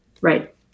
Right